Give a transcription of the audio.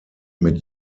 mit